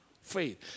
faith